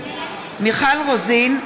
(קוראת בשם חברת הכנסת) מיכל רוזין,